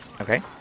Okay